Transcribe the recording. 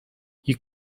you